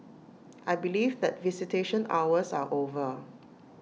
I believe that visitation hours are over